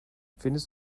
findest